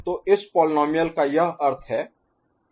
तो इस पोलीनोमिअल का यह अर्थ है